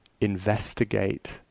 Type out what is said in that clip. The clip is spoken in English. investigate